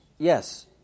Yes